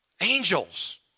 Angels